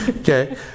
Okay